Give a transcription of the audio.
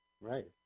Right